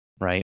right